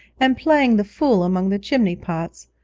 and playing the fool among the chimney-pots,